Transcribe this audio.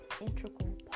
integral